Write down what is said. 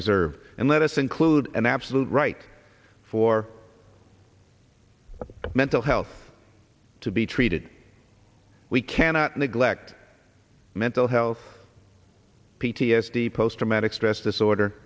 reserve and let us include an absolute right for mental health to be treated we cannot neglect mental health p t s d post traumatic stress disorder